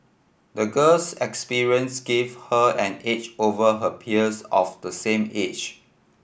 the girl's experience gave her an edge over her peers of the same age